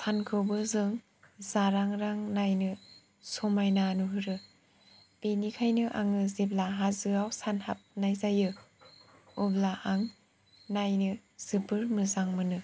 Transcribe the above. सानखौबो जों जारांरां नायनो समायना नुहुरो बेनिखायनो आङो जेब्ला हाजोआव सान हाबनाय जायो अब्ला आं नायनो जोबोद मोजां मोनो